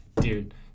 Dude